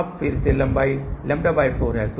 अब फिर से सभी लंबाई λ4 हैं